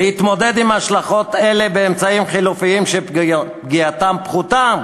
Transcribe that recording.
"להתמודד עם השלכות אלה באמצעים חלופיים שפגיעתם פחותה?"